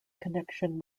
connection